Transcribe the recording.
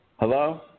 Hello